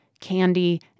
candy